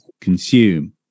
consume